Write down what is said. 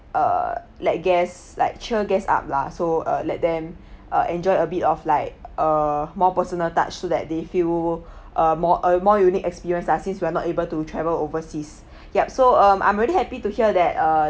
uh let guests like cheer guests up lah so uh let them err enjoy a bit of like uh more personal touch so that they feel a more a more unique experience lah since we're not able to travel overseas yup so um I'm really happy to hear that uh